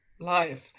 life